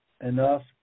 enough